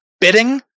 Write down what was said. bidding